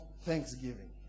thanksgiving